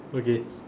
okay